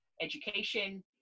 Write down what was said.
education